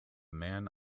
man